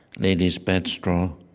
lady's bedstraw,